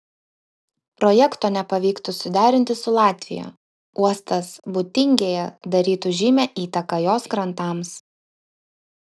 projekto nepavyktų suderinti su latvija uostas būtingėje darytų žymią įtaką jos krantams